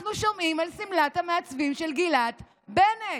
אנחנו שומעים על שמלת המעצבים של גילת בנט.